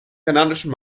kanadischen